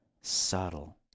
subtle